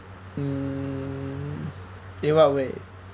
mm in what way